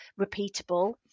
repeatable